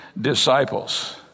disciples